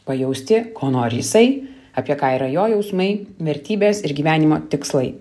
pajausti ko nori jisai apie ką yra jo jausmai vertybės ir gyvenimo tikslai